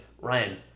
Ryan